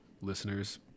listeners